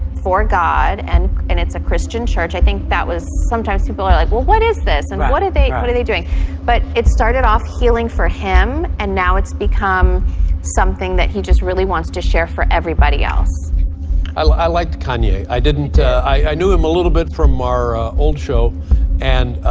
for god and and it's a christian church i think that was sometimes people are like well what is this and what what did they what are they doing but it started off healing for him and now it's become something that he just really wants to share for everybody else i like to kanye i didn't i i knew him a little bit from our ah old show and